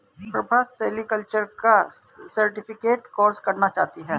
Prabha sericulture का certificate course करना चाहती है